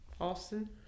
Austin